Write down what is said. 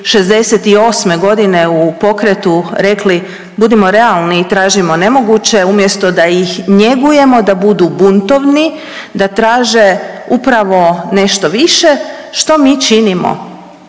'68. godine u pokretu rekli budimo realni i tražimo nemoguće umjesto da ih njegujemo da budu buntovni, da traže upravo nešto više što mi činimo?